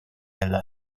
alla